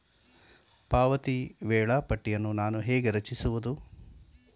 ಪಾವತಿ ವೇಳಾಪಟ್ಟಿಯನ್ನು ನಾನು ಹೇಗೆ ರಚಿಸುವುದು?